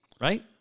right